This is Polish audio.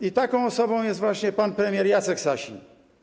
I taką osobą jest właśnie pan premier Jacek Sasin.